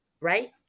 right